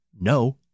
No